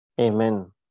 Amen